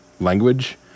language